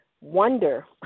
Wonder